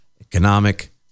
economic